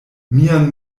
mian